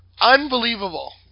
Unbelievable